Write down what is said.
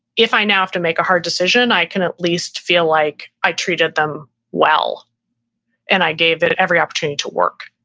if i now have to make a hard decision, i can at least feel like i treated them well and i gave it it every opportunity to work.